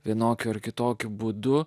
vienokiu ar kitokiu būdu